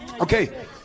Okay